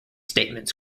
statements